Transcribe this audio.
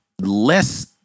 less